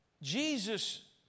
Jesus